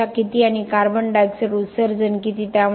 ऊर्जा किती आणि कार्बन डायऑक्साइड उत्सर्जन किती